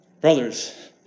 Brothers